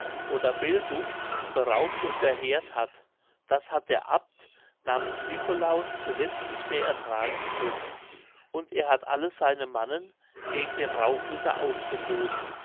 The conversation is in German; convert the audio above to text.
oder belbuk beraubt und verheert hat das hat der abt namens nicolaus zuletzt nicht mehr ertragen können und er hat alle seine mannen gegen den raubritter aufgeboten